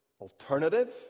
alternative